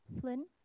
Flynn